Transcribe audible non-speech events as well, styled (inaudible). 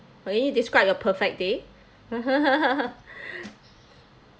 will you describe your perfect day (laughs) (breath)